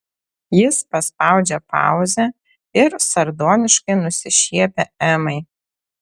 jis paspaudžia pauzę ir sardoniškai nusišiepia emai